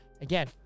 Again